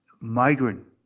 migrant